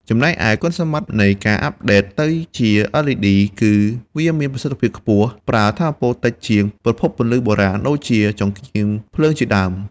ហើយLED មានអាយុកាលប្រើប្រាស់យូរ ជាងប្រភពពន្លឺបុរាណ។ វាអាចបំភ្លឺបានរយៈពេលពី 25,000 ម៉ោងឡើងទៅ ដូច្នេះកាត់បន្ថយការផ្លាស់ប្ដូរហើយថែមទាំងសន្សំសំចៃថវិកា។